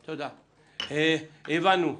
תודה, הבנו.